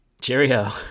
Cheerio